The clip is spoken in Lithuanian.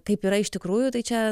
kaip yra iš tikrųjų tai čia